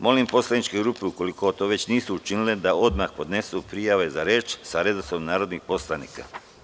Molim poslaničke grupe, ukoliko to već nisu učinile, da odmah podnesu prijave za reč sa redosledom narodnih poslanika.